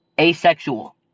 asexual